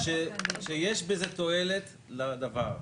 שיש בזה תועלת, לדבר הזה.